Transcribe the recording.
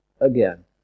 again